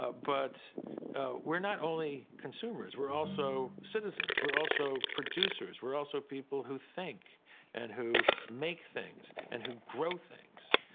ah but we're not only consumers, we're also citizens. we're also producers. we're also people who think and who make things and who grow things,